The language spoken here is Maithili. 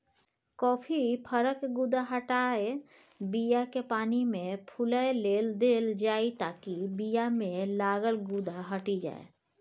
कॉफी फरक गुद्दा हटाए बीयाकेँ पानिमे फुलए लेल देल जाइ ताकि बीयामे लागल गुद्दा हटि जाइ